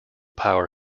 power